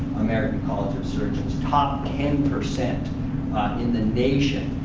american college of surgeons, top ten percent in the nation.